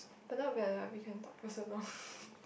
but not bad lah we can talk for so long